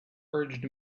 urged